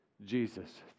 Jesus